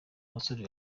abasore